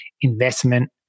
investment